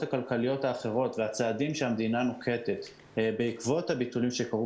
הכלכליות האחרות והצעדים שהמדינה נוקטת בעקבות הביטולים שקרו